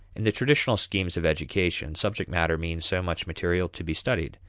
in the traditional schemes of education, subject matter means so much material to be studied.